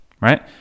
right